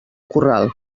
corral